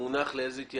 שלח את זה